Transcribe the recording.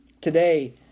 Today